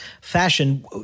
fashion